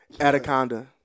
Anaconda